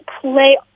play